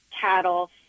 cattle